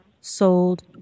sold